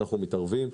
אנחנו מתערבים.